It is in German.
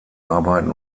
arbeiten